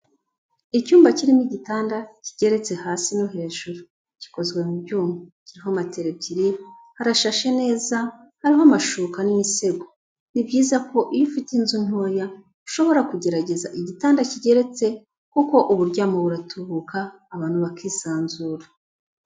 Icyumba kirimo igitanda kigeretse hasi no hejuru, gikozwe mu byuma, kiriho matera ebyiri, harashashe neza, hariho amashuka n'imisego. Ni byiza ko iyo ufite inzu ntoya ushobora kugerageza igitanda kigeretse kuko uburyamo buratubuka, abantu bakisanzura.